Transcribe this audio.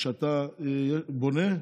שאתה בונה,